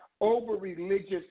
over-religious